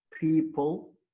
people